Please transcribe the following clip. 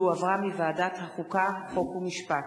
שהחזירה ועדת החוקה, חוק ומשפט.